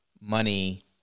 money